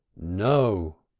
no!